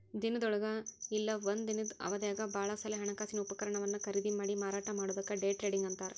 ದಿನದೊಳಗ ಇಲ್ಲಾ ಒಂದ ದಿನದ್ ಅವಧ್ಯಾಗ್ ಭಾಳ ಸಲೆ ಹಣಕಾಸಿನ ಉಪಕರಣವನ್ನ ಖರೇದಿಮಾಡಿ ಮಾರಾಟ ಮಾಡೊದಕ್ಕ ಡೆ ಟ್ರೇಡಿಂಗ್ ಅಂತಾರ್